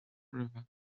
river